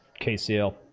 KCL